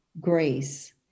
grace